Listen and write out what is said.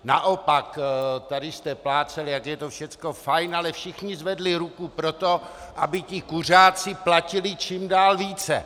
Naopak, tady jste plácali, jak je to všecko fajn, ale všichni zvedli ruku pro to, aby ti kuřáci platili čím dál více.